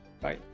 Bye